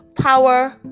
power